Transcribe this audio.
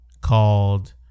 called